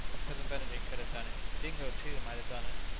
cousin benedict could have done it. dingo, too, might have done it.